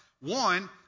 One